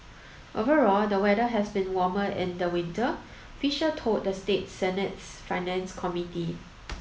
overall the weather has been warmer in the winter Fisher told the state Senate's finance committee